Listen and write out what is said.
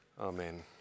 Amen